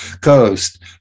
Coast